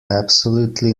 absolutely